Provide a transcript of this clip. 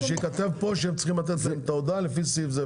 אז שייכתב פה שהם צריכים לתת להם את ההודעה לפי סעיף זה וזה.